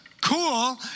Cool